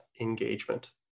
engagement